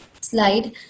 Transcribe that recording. slide